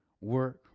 Work